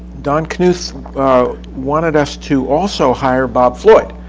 don knuth wanted us to also hire bob floyd.